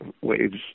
waves